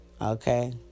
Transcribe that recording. Okay